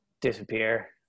disappear